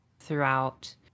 Throughout